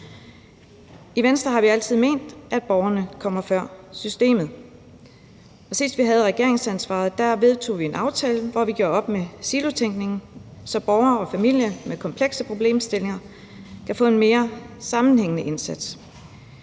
I Venstre har vi altid ment, at borgerne kommer før systemet. Sidst vi havde regeringsansvaret, vedtog vi en aftale, hvor vi gjorde op med silotænkningen, så borgere og familier med komplekse problemstillinger kan få en mere sammenhængende indsats.